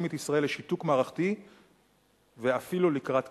את ישראל לשיתוק מערכתי ואפילו לקראת קריסה.